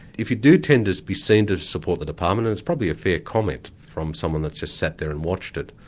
if you do tend to be seen to support the department, and it's probably a fair comment from someone that's just sat there and watched it,